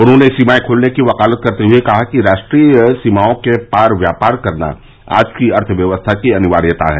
उन्होंने सीमाएं खोलने की वकालत करते हुए कहा कि राष्ट्रीय सीमाओं के पार व्यापार करना आज की अर्थ व्यवस्था की अनिवार्यता है